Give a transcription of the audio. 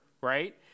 right